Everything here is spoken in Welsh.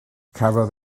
cafodd